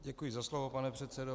Děkuji za slovo, pane předsedo.